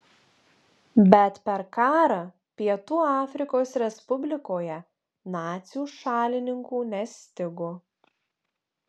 bet per karą pietų afrikos respublikoje nacių šalininkų nestigo